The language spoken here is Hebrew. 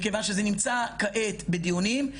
מכיוון שזה נמצא כעת בדיונים,